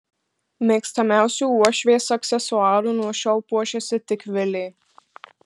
mėgstamiausiu uošvės aksesuaru nuo šiol puošiasi tik vilė